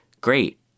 great